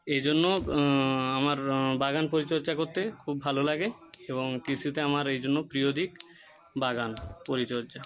এই জন্য আমার বাগান পরিচর্যা করতে খুব ভালো লাগে এবং কৃষিতে আমার এই জন্য প্রিয় দিক বাগান পরিচর্যা